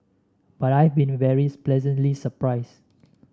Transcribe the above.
but I've been very pleasantly surprised